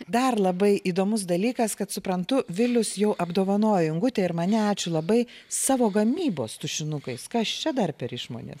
dar labai įdomus dalykas kad suprantu vilius jau apdovanojo ingutę ir mane ačiū labai savo gamybos tušinukais kas čia dar per išmonės